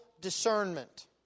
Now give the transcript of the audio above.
discernment